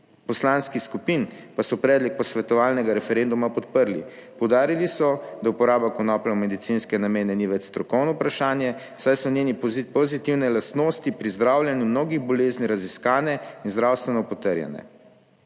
poslanskih skupin pa so predlog posvetovalnega referenduma podprli, poudarili so da uporaba konoplje v medicinske namene ni več strokovno vprašanje, saj so njene pozitivne lastnosti pri zdravljenju mnogih bolezni raziskane in zdravstveno potrjene.